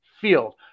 field